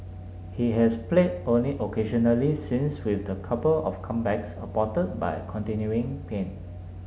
he has played only occasionally since with a couple of comebacks aborted by continuing pain